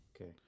Okay